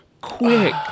Quick